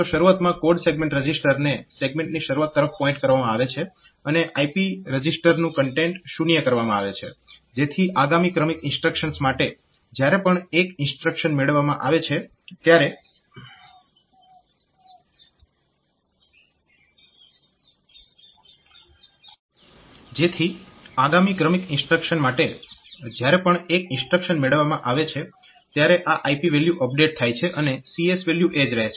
તો શરૂઆતમાં code segment રજીસ્ટરને સેગમેન્ટની શરૂઆત તરફ પોઇન્ટ કરવવામાં આવે છે અને IP રજીસ્ટરનું કન્ટેન્ટ શૂન્ય કરવામાં આવે છે જેથી આગામી ક્રમિક ઇન્સ્ટ્રક્શન માટે જ્યારે પણ એક ઇન્સ્ટ્રક્શન મેળવવામાં આવે છે ત્યારે આ IP વેલ્યુ અપડેટ થાય છે અને CS વેલ્યુ એ જ રહે છે